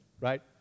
right